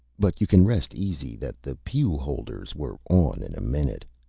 but you can rest easy that the pew-holders were on in a minute.